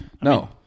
No